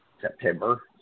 September